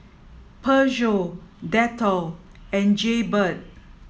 Peugeot Dettol and Jaybird